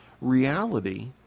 reality